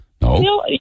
No